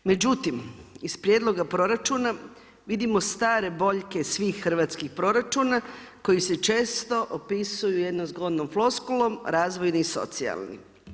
Međutim, iz prijedloga proračuna, vidimo stare boljke svih hrvatskih proračuna, koji se često opisuju jednom zgodnom floskulom razvojni i socijalni.